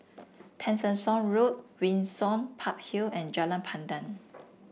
Tessensohn Road Windsor Park Hill and Jalan Pandan